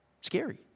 scary